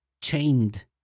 chained